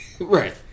Right